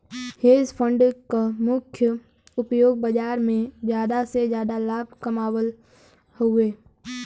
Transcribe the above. hedge fund क मुख्य उपयोग बाजार में जादा से जादा लाभ कमावल हउवे